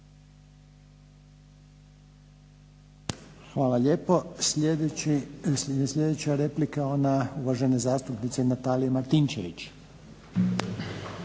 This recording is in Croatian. Hvala lijepo. Sljedeća replika ona uvažene zastupnice Natalije Martinčević.